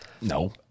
No